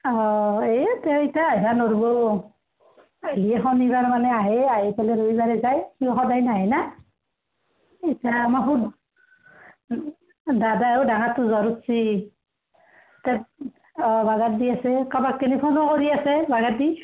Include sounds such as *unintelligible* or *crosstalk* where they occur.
অঁ এই তেওঁ এতিয়া আহিব নোৱাৰিব এই শনিবাৰ মানে আহে আহি পেলাই ৰবিবাৰে যায় সিও সদায় নাহে ন এতিয়া *unintelligible* দাদাইয়ো *unintelligible* জ্বৰ উঠিছে *unintelligible*